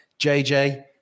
JJ